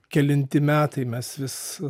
kelinti metai mes vis